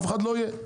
אף אחד לא יהיה?